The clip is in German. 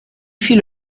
viele